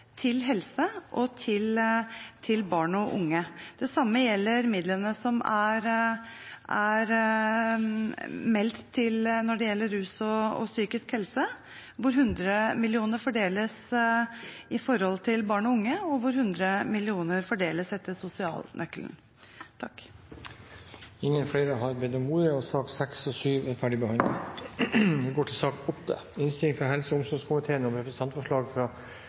til helse og til barn og unge. Det samme gjelder midlene som er meldt til rus og psykisk helse, hvor 100 mill. kr fordeles til barn og unge, og 100 mill. kr fordeles etter den sosiale nøkkelen. Flere har ikke bedt om ordet til sakene nr. 6 og 7. Etter ønske fra helse- og omsorgskomiteen